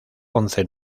once